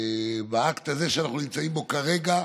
באקט הזה שאנחנו נמצאים בו כרגע,